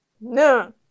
No